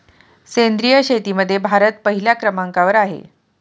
सेंद्रिय शेतीमध्ये भारत पहिल्या क्रमांकावर आहे